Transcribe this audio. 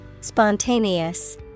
Spontaneous